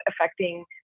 affecting